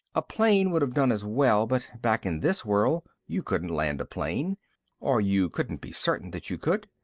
a plane would have done as well, but back in this world, you couldn't land a plane or you couldn't be certain that you could.